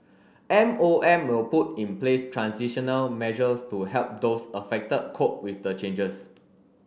M O M will put in place transitional measures to help those affected cope with the changes